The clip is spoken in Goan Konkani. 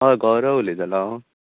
हय गौरव उलयतालो हांव